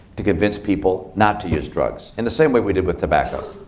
to convince people not to use drugs, in the same way we did with tobacco.